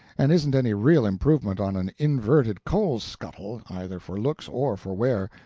and isn't any real improvement on an inverted coal scuttle, either for looks or for wear,